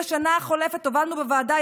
בשנה החולפת הובלנו בוועדה,